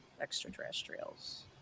extraterrestrials